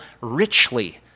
richly